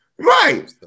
Right